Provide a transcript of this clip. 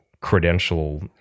credential